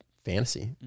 fantasy